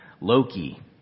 Loki